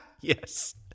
Yes